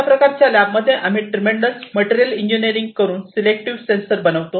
अशाप्रकारे लॅब मध्ये आम्ही ट्रीमेंडस मटेरियल इंजिनिअरिंग करून सिलेक्टिव्ह सेंसर बनवतो